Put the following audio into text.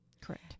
Correct